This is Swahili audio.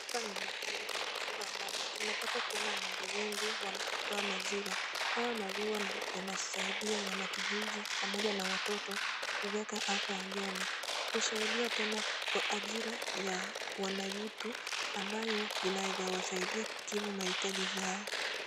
Hapa ni mahali pa kufuga ng'ombe. Tunapata kuona ng'ombe wengi wa kutoa maziwa. Haya maziwa yanasaidia wanakijiji pamoja na watoto kuweka afya njema. Husaidia tena kwa ajira ya wanayutu ambayo inaweza wasaidia kukimu mahitaji zao.